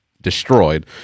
destroyed